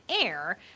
air